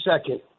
second